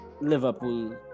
Liverpool